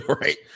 Right